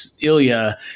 Ilya